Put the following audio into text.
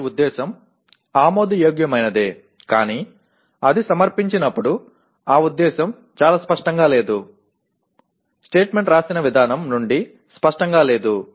వారి ఉద్దేశ్యం ఆమోదయోగ్యమైనదే కానీ అది సమర్పించినప్పుడు ఆ ఉద్దేశ్యం చాలా స్పష్టంగా లేదు స్టేట్మెంట్ రాసిన విధానం నుండి స్పష్టంగా లేదు